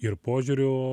ir požiūrio